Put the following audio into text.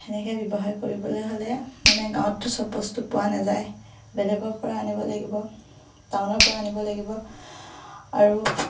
সেনেকৈ ব্যৱসায় কৰিবলৈ হ'লে মানে গাঁৱততো চব বস্তু পোৱা নাযায় বেলেগৰপৰা আনিব লাগিব টাউনৰপৰা আনিব লাগিব আৰু